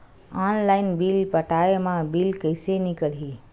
Online bill पटाय मा bill कइसे निकलही?